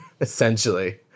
essentially